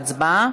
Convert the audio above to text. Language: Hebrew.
לחזור להצבעה.